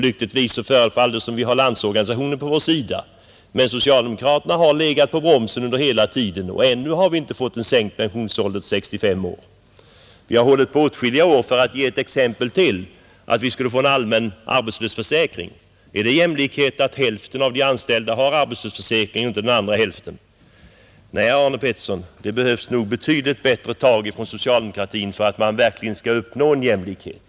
Lyckligtvis förefaller det som om vi har Landsorganisationen på vår sida. Men socialdemokraterna har legat på bromsen under hela tiden, och ännu har vi inte fått pensionsåldern sänkt till 65 år. För att ge ett exempel till vill jag också nämna att vi har hållit på i åtskilliga år med att försöka få till stånd en allmän arbetslöshetsförsäk ring. Är det jämlikhet att hälften av de anställda har arbetslöshetsförsäkring men inte den andra hälften? Nej, herr Arne Pettersson, det behövs nog betydligt bättre tag från socialdemokratin för att man verkligen skall uppnå jämlikhet.